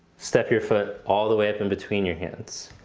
step your foot all the way up in between your hands.